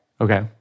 Okay